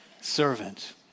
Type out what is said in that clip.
servant